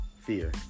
Fear